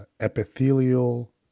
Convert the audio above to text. epithelial